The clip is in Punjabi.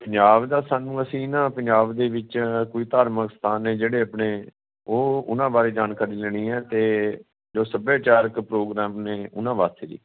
ਪੰਜਾਬ ਦਾ ਸਾਨੂੰ ਅਸੀਂ ਨਾ ਪੰਜਾਬ ਦੇ ਵਿੱਚ ਕੋਈ ਧਾਰਮਿਕ ਸਥਾਨ ਨੇ ਜਿਹੜੇ ਆਪਣੇ ਉਹ ਉਹਨਾਂ ਬਾਰੇ ਜਾਣਕਾਰੀ ਲੈਣੀ ਹੈ ਅਤੇ ਜੋ ਸੱਭਿਆਚਾਰਕ ਪ੍ਰੋਗਰਾਮ ਨੇ ਉਹਨਾਂ ਵਾਸਤੇ ਵੀ